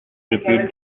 repeat